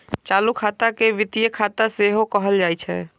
चालू खाता के वित्तीय खाता सेहो कहल जाइ छै